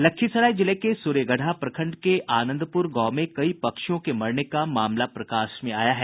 लखीसराय जिले के सूर्यगढ़ा प्रखंड के आनंदप्र गांव में कई पक्षियों के मरने का मामला प्रकाश में आया है